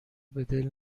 بدل